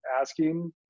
asking